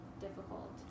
difficult